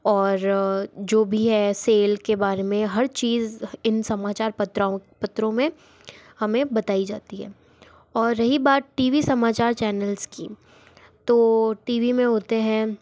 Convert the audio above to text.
और जो भी हैं सेल के बारे में हर चीज़ इन समाचार पत्राओ पत्रों में हमें बताई जाती हैं और रही बात टी वी समाचार चैनल्स की तो टी वी में होते हैं